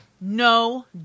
no